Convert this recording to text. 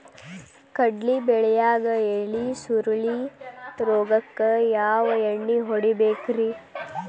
ಕಡ್ಲಿ ಬೆಳಿಯಾಗ ಎಲಿ ಸುರುಳಿ ರೋಗಕ್ಕ ಯಾವ ಎಣ್ಣಿ ಹೊಡಿಬೇಕ್ರೇ?